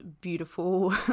beautiful